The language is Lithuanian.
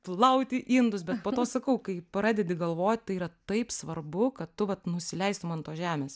plauti indus bet po to sakau kai pradedi galvot tai yra taip svarbu kad tu vat nusileistum ant tos žemės